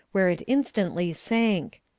where it instantly sank.